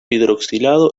hidroxilado